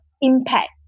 impact